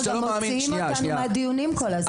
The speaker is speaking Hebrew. אדוני השר, מוציאים אותנו מהדיונים כל הזמן.